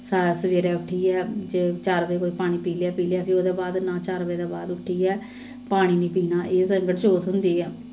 सा सवेरै उट्ठियै जे चार बजे कोई पानी पी लेआ पी लेआ फ्ही ओह्दे बाद ना चार बजे दे बाद उट्ठियै पानी निं पीना एह् संकट चौथ होंदी ऐ